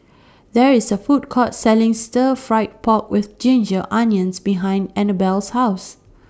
There IS A Food Court Selling Stir Fried Pork with Ginger Onions behind Annabelle's House